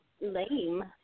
lame